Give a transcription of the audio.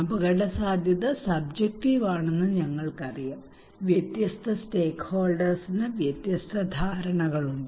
അപകടസാധ്യത സബ്ജെക്റ്റീവ് ആണെന്ന് ഞങ്ങൾക്കറിയാം വ്യത്യസ്ത സ്റ്റേക്ക്ഹോൾഡേഴ്സിന് വ്യത്യസ്ത ധാരണകളുണ്ട്